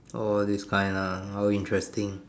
orh this kind ah interesting